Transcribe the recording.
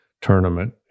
tournament